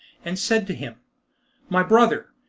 and said to him my brother,